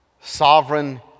sovereign